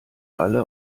alle